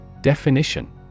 Definition